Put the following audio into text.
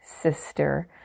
sister